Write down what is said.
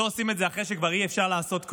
לא עושים אחרי שכבר אי-אפשר לעשות כלום,